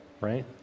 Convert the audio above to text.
right